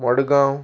Madgaon